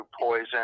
Poison